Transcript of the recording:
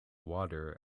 water